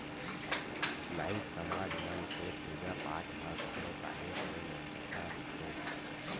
नाई समाज मन के पूजा पाठ म घलो काहेच के महत्ता रहिथे